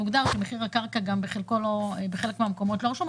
מוגדר שמחיר הקרקע גם בחלק מהמקומות לא רשום,